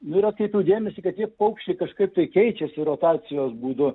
ir atkreipiau dėmesį kad tie paukščiai kažkaip tai keičiasi rotacijos būdu